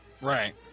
Right